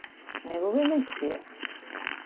ᱱᱤᱭᱟᱹ ᱠᱚᱜᱮ ᱤᱧ ᱫᱚ ᱧ ᱠᱩᱥᱤᱭᱟᱜᱼᱟ